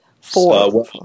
Four